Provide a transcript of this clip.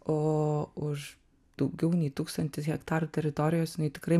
o už daugiau nei tūkstantis hektarų teritorijos jinai tikrai